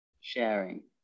sharing